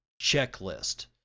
checklist